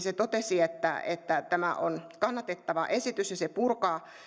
se totesi että että tämä on kannatettava esitys ja se purkaa